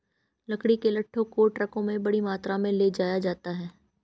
लकड़ी के लट्ठों को ट्रकों में बड़ी मात्रा में ले जाया जाता है